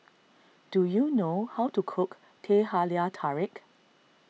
do you know how to cook Teh Halia Tarik